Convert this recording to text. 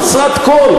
חסרת כול,